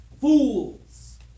Fools